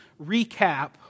recap